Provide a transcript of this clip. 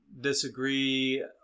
disagree